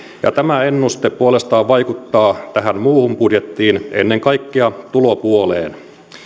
ja tämä ennuste puolestaan vaikuttaa tähän muuhun budjettiin ennen kaikkea tulopuoleen